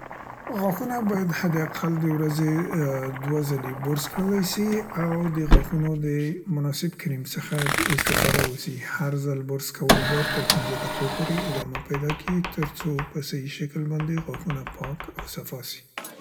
غاښونه باید حد اقل د ورځې دوه ځلې برس کړلای سي او د غاښونو د مناسب کریم څخه دې استفاده وسي، هر ځل برس کول باید تر پينځه دقو پورې ادامه پیدا کي تر څو په سهي شکل باندې غاښونه پاک او صفا سي.